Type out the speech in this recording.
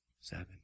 seven